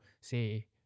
say